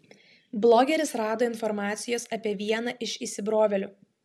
blogeris rado informacijos apie vieną iš įsibrovėlių